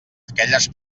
aquelles